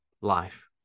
life